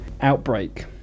outbreak